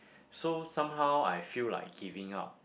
so somehow I feel like giving up